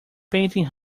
painting